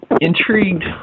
intrigued